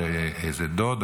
שדוד,